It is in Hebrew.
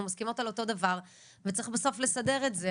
אנחנו מסכימות על אותו הדבר וצריך בסוף לסדר את זה.